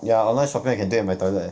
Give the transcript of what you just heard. ya online shopping I can do it at my toilet eh